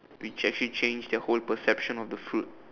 which actually changed their whole perception of the fruit